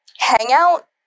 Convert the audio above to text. hangout